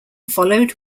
followed